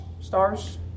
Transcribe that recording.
stars